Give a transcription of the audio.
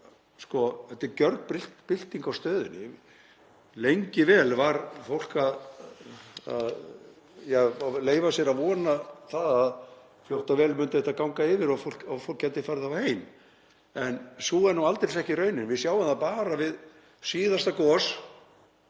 í. Þetta er gjörbylting á stöðunni. Lengi vel var fólk að leyfa sér að vona að fljótt og vel myndi þetta ganga yfir og fólk gæti þá farið heim en sú er aldeilis ekki raunin. Við sjáum það bara við síðasta gos,